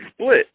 split